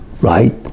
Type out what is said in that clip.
right